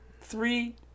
three